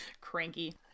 Cranky